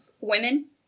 women